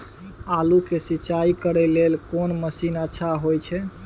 आलू के सिंचाई करे लेल कोन मसीन अच्छा होय छै?